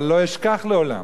אבל לא אשכח לעולם